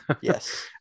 Yes